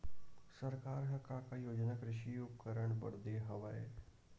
सरकार ह का का योजना कृषि उपकरण बर दे हवय?